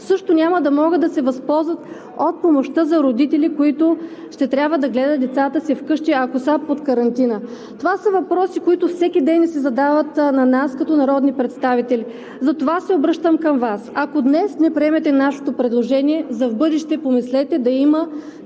също няма да могат да се възползват от помощта за родители, които ще трябва да гледат децата си вкъщи, ако са под карантина. Това са въпроси, които всеки ден се задават на нас като народни представители. Затова се обръщам към Вас: ако днес не приемете нашето предложение, за в бъдеще помислете да има